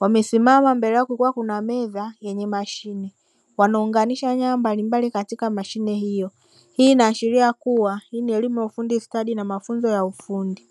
Wamesimama mbele yako kukiwa kuna meza yenye mashine. Wanaunganisha nyaya mbalimbali katika mashine hiyo. Hii inaashiria kuwa hii ni elimu ya ufundi stadi na mafunzo ya ufundi.